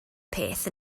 peth